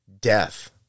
death